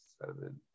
seven